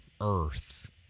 earth